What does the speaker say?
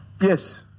yes